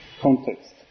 context